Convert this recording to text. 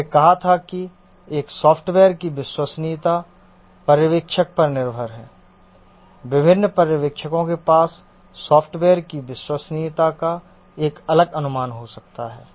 हमने कहा था कि एक सॉफ्टवेयर की विश्वसनीयता पर्यवेक्षक पर निर्भर है विभिन्न पर्यवेक्षकों के पास सॉफ्टवेयर की विश्वसनीयता का एक अलग अनुमान हो सकता है